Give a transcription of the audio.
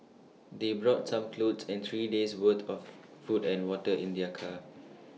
they brought some clothes and three days worth of food and water in their car